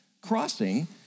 crossing